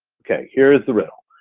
okay, here's the real,